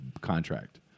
contract